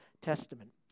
Testament